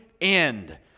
end